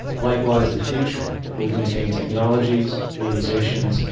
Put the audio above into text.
likewise, the future will contain technologies, realizations,